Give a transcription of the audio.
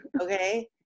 Okay